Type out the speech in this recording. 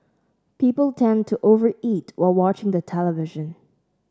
people tend to over eat while watching the television